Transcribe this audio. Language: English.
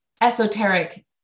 esoteric